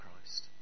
Christ